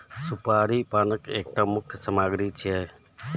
सुपारी पानक एकटा मुख्य सामग्री छियै